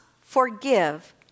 forgive